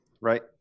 right